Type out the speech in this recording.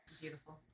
beautiful